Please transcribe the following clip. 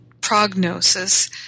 prognosis